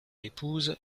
épouse